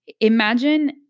imagine